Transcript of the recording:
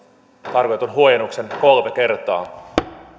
tarkoitetun huojennuksen kolme kertaa